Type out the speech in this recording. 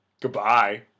Goodbye